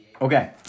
Okay